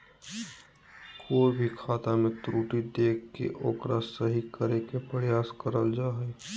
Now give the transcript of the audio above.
कोय भी खाता मे त्रुटि देख के ओकरा सही करे के प्रयास करल जा हय